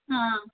हाँ